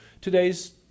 Today's